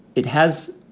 it has